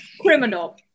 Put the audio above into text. criminal